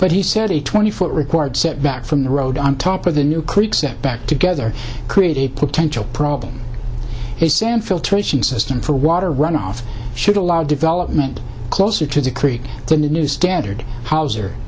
but he said the twenty foot required setback from the road on top of the new creek set back together created a potential problem is sam filtration system for water runoff should allow development closer to the creek than the new standard hauser